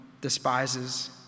despises